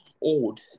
old